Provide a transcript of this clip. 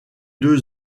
deux